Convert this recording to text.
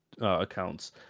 accounts